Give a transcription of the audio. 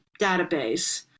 database